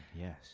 Yes